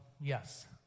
yes